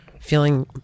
feeling